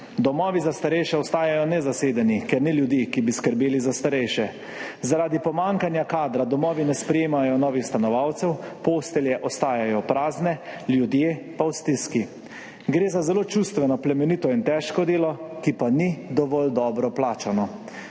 Domovi za starejše ostajajo nezasedeni, ker ni ljudi, ki bi skrbeli za starejše. Zaradi pomanjkanja kadra domovi ne sprejemajo novih stanovalcev, postelje ostajajo prazne, ljudje pa v stiski. Gre za zelo čustveno, plemenito in težko delo, ki pa ni dovolj dobro plačano.